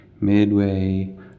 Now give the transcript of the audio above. Midway